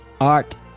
art